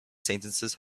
sentences